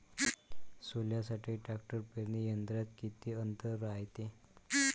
सोल्यासाठी ट्रॅक्टर पेरणी यंत्रात किती अंतर रायते?